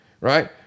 right